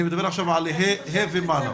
אני מדבר עכשיו על כיתות ה' ומעלה.